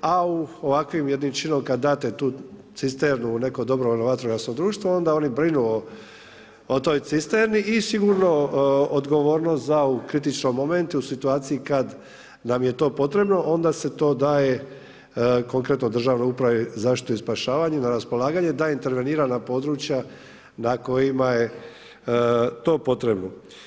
a ovakvim jednim činom kada date tu cisternu u neko dobrovoljno vatrogasno društvo onda oni brinu o toj cisterni i sigurno odgovornost za … kritičnom momentu i u situaciji kada nam je to potrebno onda se to daje konkretno Državnoj upravi za zaštitu i spašavanje na raspolaganje da intervenira na područja na kojima je to potrebno.